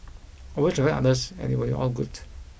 always respect others and it will be all good